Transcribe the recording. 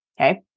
Okay